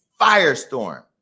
firestorm